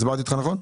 הסברתי אותך נכון?